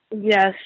yes